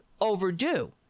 overdue